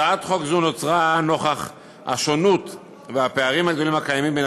הצעת חוק זו נוצרה נוכח השונות והפערים הגדולים הקיימים בין